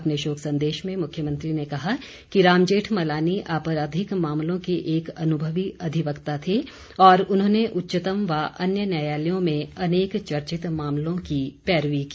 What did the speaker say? अपने शोक संदेश ने मुख्यमंत्री ने कहा कि राम जेठमलानी आपराधिक मामलों के एक अनुभवी अधिवक्ता थे और उन्होंने उच्चतम व अन्य न्यायालयों में अनेक चर्चित मामलों की पैरवी की